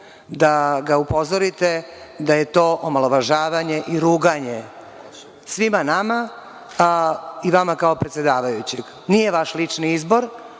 da ga upozorite da je to omalovažavanje i ruganje svima nama, a i vama kao predsedavajućem. Nije vaš lični izbor